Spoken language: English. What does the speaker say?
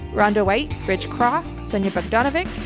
rhonda white, rich cross. sonja bogdanovic,